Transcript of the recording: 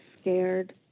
scared